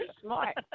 smart